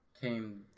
came